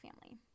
family